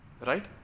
right